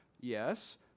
Yes